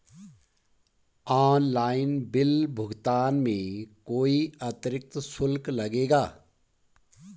Online bill भुगतान में कोई अतिरिक्त शुल्क लगेगा?